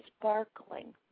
sparkling